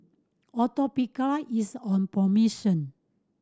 atopiclair is on promotion